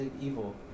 evil